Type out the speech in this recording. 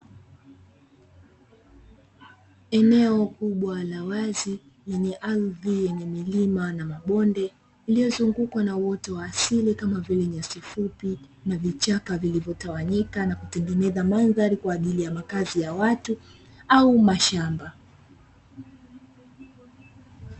Eneo kubwa la wazi lenye ardhi yenye milima na mabonde iliyozungukwa na uoto wa asili kama vile: nyasifupi na vichaka, vilivyotawanyika na kutengeneza mandhari kwaajili ya makazi ya watu au mashamba.